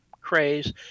craze